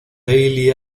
daily